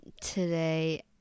today